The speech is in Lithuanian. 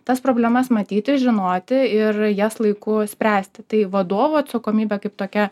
tas problemas matyti žinoti ir jas laiku spręsti tai vadovų atsakomybė kaip tokia